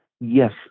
Yes